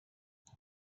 نقشت